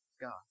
God